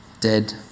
dead